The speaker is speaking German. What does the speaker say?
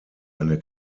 eine